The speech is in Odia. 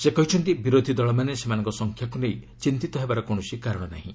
ସେ କହିଛନ୍ତି ବିରୋଧୀ ଦଳମାନେ ସେମାନଙ୍କ ସଂଖ୍ୟାକୁ ନେଇ ଚିନ୍ତିତ ହେବାର କୌଣସି କାରଣ ନାହିଁ